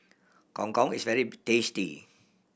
Gong Gong is very tasty